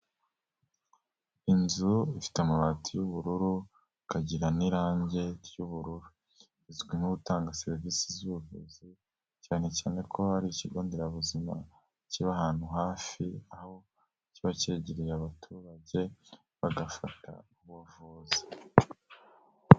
Inzu ifite amabati y'ubururu ukagira n'irangi ry'ubururu, izwiho gutanga serivisi z'ubuvuzi cyane cyane ko hari ikigo nderabuzima kiba ahantu hafi aho kiba cyegereye abaturage bagafata ubuvuzi.